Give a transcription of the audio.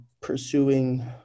pursuing